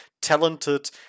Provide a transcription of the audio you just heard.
talented